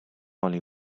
only